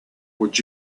would